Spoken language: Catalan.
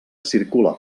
circula